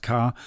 Car